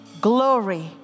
glory